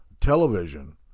television